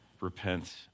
repent